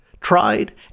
tried